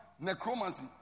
necromancy